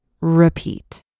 repeat